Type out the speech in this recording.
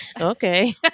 Okay